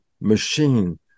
machine